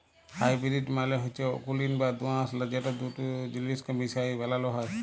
hybrid মালে হচ্যে অকুলীন বা দুআঁশলা যেট দুট জিলিসকে মিশাই বালালো হ্যয়